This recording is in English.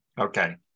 Okay